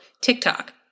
TikTok